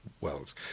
Wells